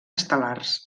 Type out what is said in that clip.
estel·lars